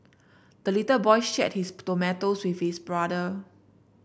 the little boy shared his tomatoes with his brother